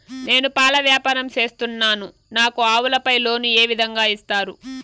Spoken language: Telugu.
నేను పాల వ్యాపారం సేస్తున్నాను, నాకు ఆవులపై లోను ఏ విధంగా ఇస్తారు